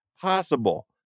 possible